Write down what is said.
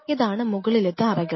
ഇതാണ് മുകളിലത്തെ അറകൾ